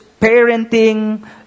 parenting